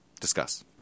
Discuss